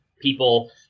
People